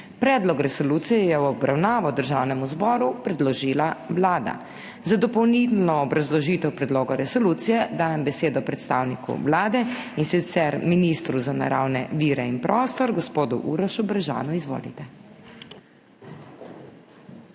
Predlog resolucije je v obravnavo Državnemu zboru predložila Vlada. Za dopolnilno obrazložitev predloga resolucije dajem besedo predstavniku Vlade, in sicer ministru za naravne vire in prostor gospodu Urošu Brežanu. Izvolite.